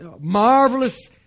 marvelous